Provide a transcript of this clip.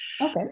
Okay